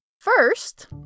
First